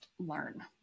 Learn